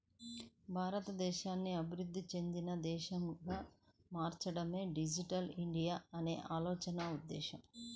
భారతదేశాన్ని అభివృద్ధి చెందిన దేశంగా మార్చడమే డిజిటల్ ఇండియా అనే ఆలోచన ఉద్దేశ్యం